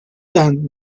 then